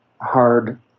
hard